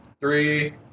three